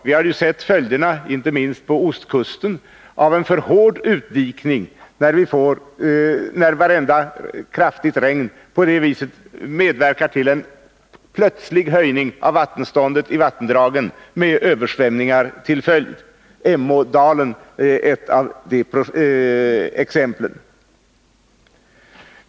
Vi har sett följderna inte minst på ostkusten av en för hård utdikning, där ett kraftigt regn medverkar till en plötslig höjning av vattenståndet i vattendragen med översvämning som följd. Emådalen är ett exempel.